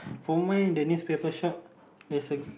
from where in the newspaper shop there's a